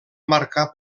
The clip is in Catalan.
marcar